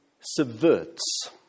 subverts